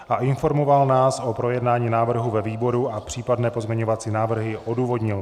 A informoval nás o projednání návrhu ve výboru a případné pozměňovací návrhy odůvodnil.